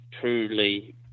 truly